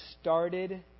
started